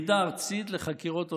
היחידה הארצית לחקירות הונאה,